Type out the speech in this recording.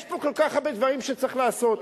יש פה כל כך הרבה דברים שצריך לעשות.